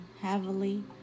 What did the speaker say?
heavily